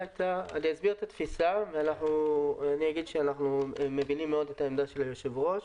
אסביר את התפיסה ואגיד שאנחנו מבינים מאוד את העמדה של היושב-ראש.